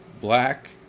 Black